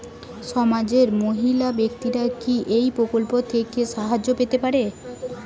সমাজের মহিলা ব্যাক্তিরা কি এই প্রকল্প থেকে সাহায্য পেতে পারেন?